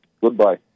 Goodbye